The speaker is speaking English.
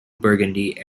burgundy